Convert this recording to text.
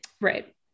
right